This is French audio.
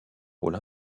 rôle